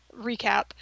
recap